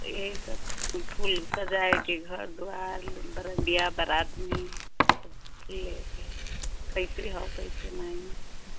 यही सब फूल सजाने के लिए के घर द्वार वरांडा में सब फूल लेके कैसे हैं कैसे नहीं